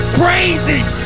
praising